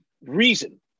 reason